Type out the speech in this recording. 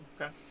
Okay